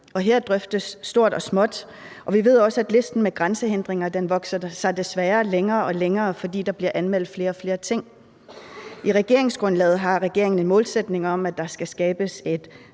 her drøftes stort og småt. Vi ved også, at listen med grænsehindringer desværre vokser sig længere og længere, fordi der bliver anmeldt flere og flere ting. I regeringsgrundlaget har regeringen en målsætning om, at der skal skabes et